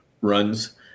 runs